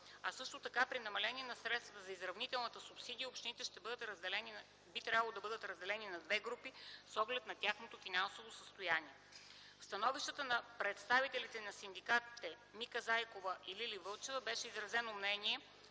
а също така при намалението на средствата за изравнителната субсидия общините би трябвало да бъдат разделени на две групи с оглед на тяхното финансово състояние. В становищата на представителите на синдикатите Мика Зайкова и Лили Вълчева беше изразено мнението